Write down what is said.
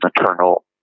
maternal